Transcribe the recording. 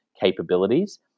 capabilities